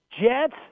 Jets